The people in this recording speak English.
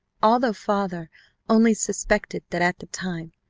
although father only suspected that at the time,